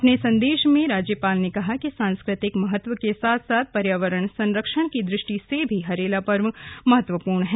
अपने संदेश में राज्यपाल ने कहा कि सांस्कृतिक महत्व के साथ साथ पर्यावरण संरक्षण की दृष्टि से भी हरेला पर्व महत्वपूर्ण है